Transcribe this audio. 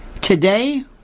today